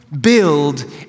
build